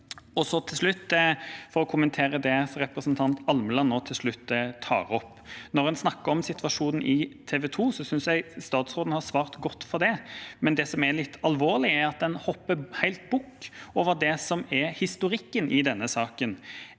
fikk til. Så for å kommentere det representanten Almeland nå til slutt tar opp: Når en snakker om situasjonen i TV 2, synes jeg statsråden har svart godt på det. Men det som er litt alvorlig, er at en helt hopper bukk over historikken i denne saken.